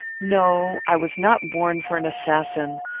no. i was not born for an assassin.